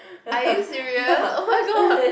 are you serious oh my god